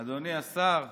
אדוני היושב-ראש, אדוני השר,